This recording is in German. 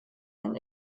ein